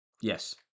Yes